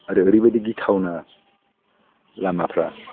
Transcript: ओरैबायदि बायदि गिथावना लामाफ्रा